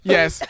Yes